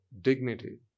dignity